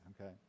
okay